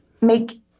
make